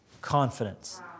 confidence